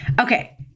Okay